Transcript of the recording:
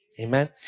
Amen